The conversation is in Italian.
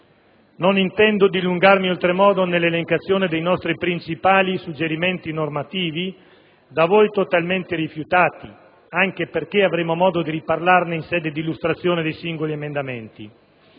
Non intendo dilungarmi oltremodo nell'elencazione dei nostri principali suggerimenti normativi, da voi totalmente rifiutati, anche perché potremo riparlarne in sede di illustrazione dei singoli emendamenti.